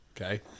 okay